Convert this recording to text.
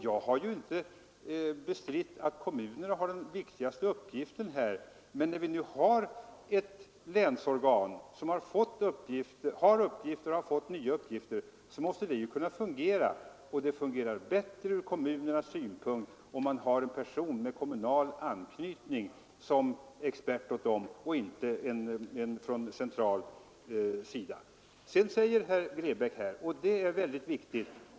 Jag har inte bestritt att kommunerna har den viktigaste uppgiften inom brandförsvaret, men när vi nu har ett länsorgan, som dessutom har fått nya uppgifter, så måste det kunna fungera. Och det fungerar bättre ur kommunernas synpunkt, om en person med kommunal anknytning tjänstgör som expert åt dem i stället för en person som sitter placerad centralt.